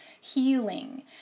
healing